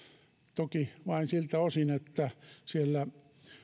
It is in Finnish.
toki vain siltä osin että siellä